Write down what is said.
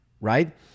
right